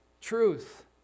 truth